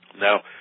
now